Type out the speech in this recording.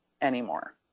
anymore